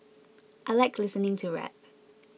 I like listening to rap